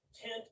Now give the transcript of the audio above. tent